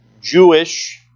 Jewish